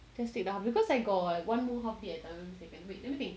because I got one more half day I never take wait let me think